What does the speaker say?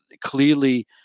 clearly